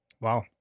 wow